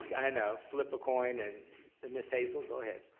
i know, flip a coin. and and miss hazel, go ahead.